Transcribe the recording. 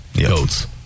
goats